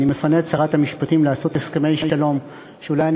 אני מפנה את שרת המשפטים לעשות הסכמי שלום שאולי אני